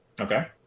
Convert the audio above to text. Okay